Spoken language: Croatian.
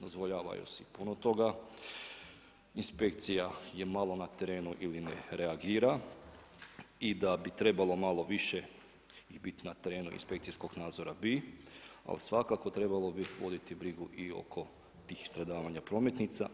Dozvoljavaju si puno toga, inspekcija je malo na terenu ili ne reagira i da bi trebalo malo više biti na terenu inspekcijskog nadzora, bi, ali svakako trebalo bi voditi brigu i oko tih stradavanja prometnica.